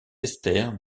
esters